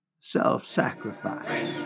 self-sacrifice